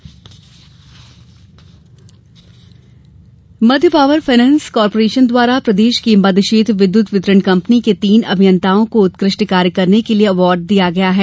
विद्युत अवार्ड मध्य power finance corporation द्वारा प्रदेश की मध्य क्षेत्र विद्युत वितरण कम्पनी के तीन अभियंताओं को उत्कृष्ट कार्य के लिये अवार्ड दिया गया है